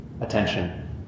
attention